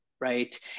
right